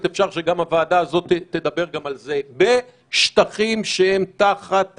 אפשר שגם הוועדה הזאת תדבר גם על זה בשטחים שהם תחת,